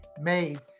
made